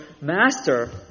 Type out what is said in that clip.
master